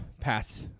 pass